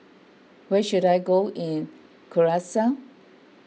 where should I go in